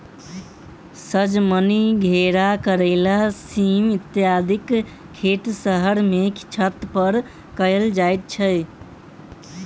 सजमनि, घेरा, करैला, सीम इत्यादिक खेत शहर मे छत पर कयल जाइत छै